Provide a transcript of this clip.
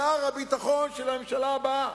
שר הביטחון של הממשלה הבאה.